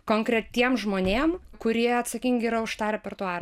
konkretiem žmonėm kurie atsakingi yra už tą repertuarą